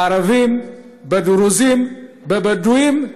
בערבים, בדרוזים, בבדואים,